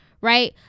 right